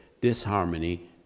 disharmony